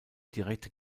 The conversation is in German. direkte